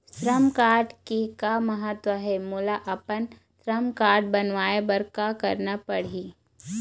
श्रम कारड के का महत्व हे, मोला अपन श्रम कारड बनवाए बार का करना पढ़ही?